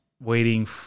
waiting